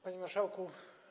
Panie Marszałku!